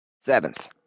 Seventh